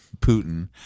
Putin